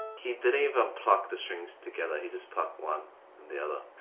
he didn't even pluck the strings together. he just plucked one and the other.